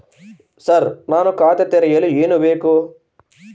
Sir ನಾನು ಖಾತೆ ತೆರೆಯಲು ಏನು ಬೇಕು?